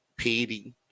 pd